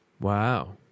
Wow